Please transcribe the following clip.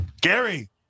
Gary